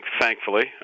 thankfully